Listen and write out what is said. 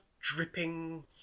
dripping